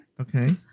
Okay